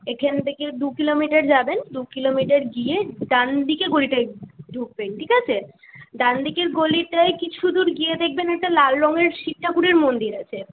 এখান থেকে দু কিলোমিটার যাবেন দু কিলোমিটার গিয়ে ডানদিকে গলিটায় ঢুকবেন ঠিক আছে ডানদিকের গলিতে কিছু দূর গিয়ে দেখবেন একটা লাল রঙের শিব ঠাকুরের মন্দির আছে